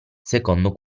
secondo